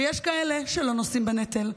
ויש כאלה שלא נושאים בנטל.